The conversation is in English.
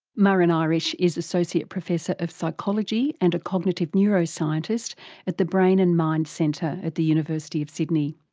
muireann irish is associate professor of psychology and a cognitive neuroscientist at the brain and mind centre at the university of sydney.